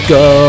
go